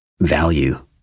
value